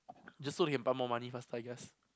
just so he can buy more money first my guess